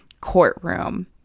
courtroom